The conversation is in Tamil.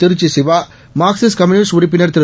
திருச்சிசிவா மார்க்சிஸ்ட்கம்யூனிஸ்ட்உறுப்பினர்திரு